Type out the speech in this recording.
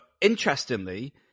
interestingly